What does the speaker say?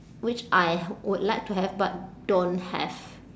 which I would like to have but don't have